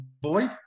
boy